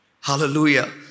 Hallelujah